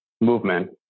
movement